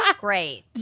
Great